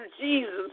Jesus